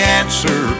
answer